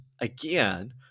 again